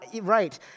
right